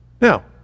now